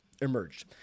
Emerged